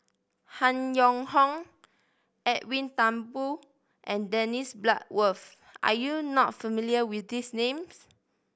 Han Yong Hong Edwin Thumboo and Dennis Bloodworth are you not familiar with these names